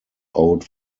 out